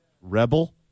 Rebel